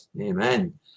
amen